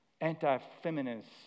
anti-feminist